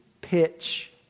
pitch